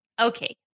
okay